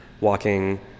walking